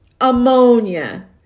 Ammonia